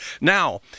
Now